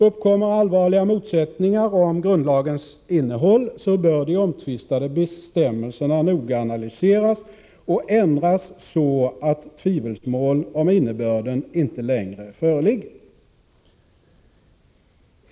Uppkommer allvarliga motsättningar om grundlagens innehåll, bör de omtvistade bestämmelserna noga analyseras och ändras så att tvivelsmål om innebörden inte längre föreligger.